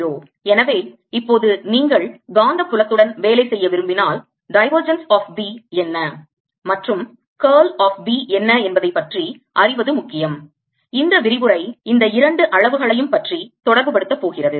எனவே இப்போது நீங்கள் காந்தப் புலத்துடன் வேலை செய்ய விரும்பினால் divergence of B என்ன மற்றும் curl of B என்ன என்பதை அறிவது முக்கியம் இந்த விரிவுரை இந்த இரண்டு அளவுகளையும் பற்றி தொடர்புபடுத்தப் போகிறது